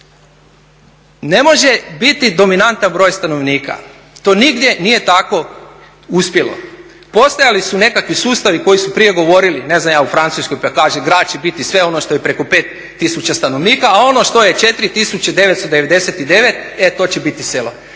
Ne može biti dominantan broj stanovnika, do nigdje nije tako uspjelo. Postojali su nekakvi sustavi koji su prije govorili ne znam ja u Francuskoj, pa kažu grad će biti sve ono što je preko 5 tisuća stanovnika, a ono što je 4 999 e to će biti selo.